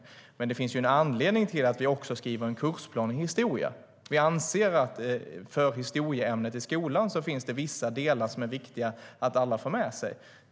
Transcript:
Men det finns en anledning till att vi skriver en kursplan i historia. Vi anser att för historieämnet i skolan finns det vissa delar som är viktiga att alla får med sig.